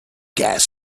gas